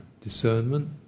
discernment